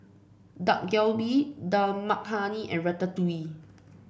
Dak Galbi Dal Makhani and Ratatouille